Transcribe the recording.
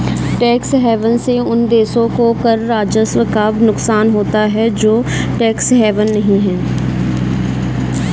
tax haven से उन देशों को कर राजस्व का नुकसान होता है जो टैक्स हेवन नहीं हैं